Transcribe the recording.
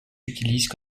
utilisent